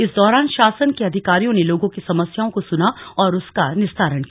इस दौरान शासन के अधिकारियों ने लोगों की समस्याओं को सुना और उनका निस्तारण किया